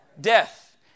Death